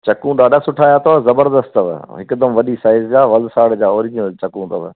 चकूं ॾाढा सुठा आया अथव जबरदस्तु अथव हिकदमि वॾी साइज जा वलसार जा ऑरीजिनल चकूं अथव